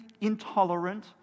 intolerant